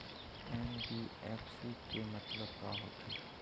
NBFC के मतलब का होथे?